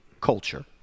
culture